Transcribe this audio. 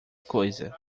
coisa